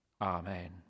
Amen